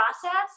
process